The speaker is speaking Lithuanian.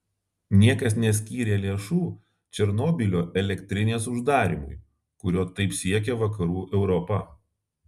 niekas neskyrė lėšų černobylio elektrinės uždarymui kurio taip siekia vakarų europa